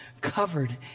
covered